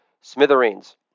smithereens